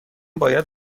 باید